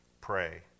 pray